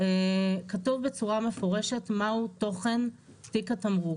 מהו תוכן תיק התמרוק.